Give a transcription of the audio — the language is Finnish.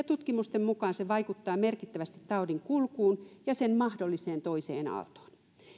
tutkimusten mukaan se vaikuttaa merkittävästi taudin kulkuun ja sen mahdolliseen toiseen aaltoon